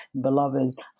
Beloved